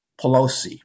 Pelosi